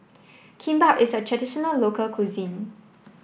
Kimbap is a traditional local cuisine